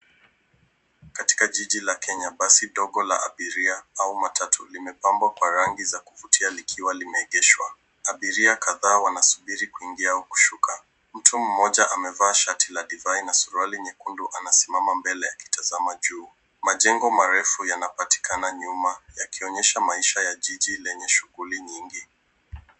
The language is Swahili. Katika jiji la Kenya basi dogo la abiria au matatu limepabwa kwa rangi za kuvutia likiwa limeegeshwa. Abiria kadhaa wanasubiri kuingia au kushuka. Mtu mmoja amevaa shati la divai na suruwali nyekundu anasimama mbele akitazama juu. Majego marefu yanapatikana nyuma yakionyesha masiha ya jiji lenye shughuli nyingi.